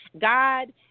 God